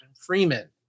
freeman